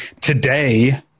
today